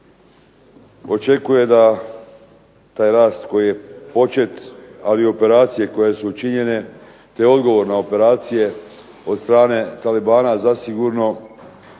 očekuje da taj rast koji je počet, ali i operacije koje su učinjene te odgovor na operacije od strane talibana zasigurno i